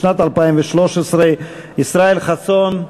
לשנת 2013. ישראל חסון,